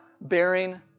bearing